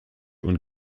und